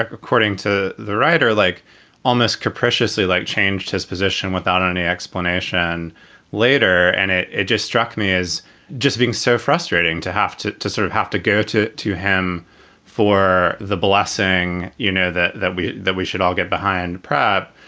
according to the writer, like almost capriciously like changed his position without any explanation later. and it it just struck me as just being so frustrating to have to to sort of have to go to to him for the blessing, you know, that that we that we should all get behind proud.